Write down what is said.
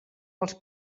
els